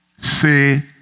say